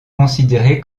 considéré